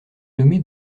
nommé